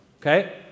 Okay